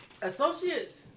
Associates